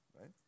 right